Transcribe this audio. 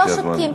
לא שותקים,